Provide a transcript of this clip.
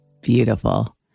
beautiful